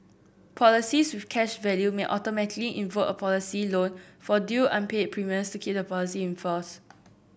policies with cash value may automatically invoke a policy loan for due unpaid premiums to keep the policy in force